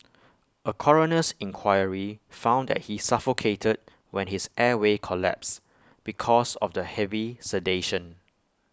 A coroner's inquiry found that he suffocated when his airway collapsed because of the heavy sedation